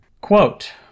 Quote